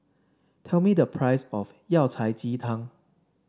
tell me the price of Yao Cai Ji Tang